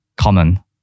Common